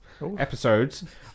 Episodes